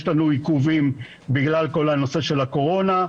יש לנו עיכובים בגלל כל הנושא של הקורונה.